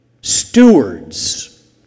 Stewards